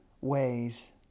ways